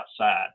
outside